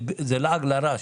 זה לעג לרש.